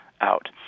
out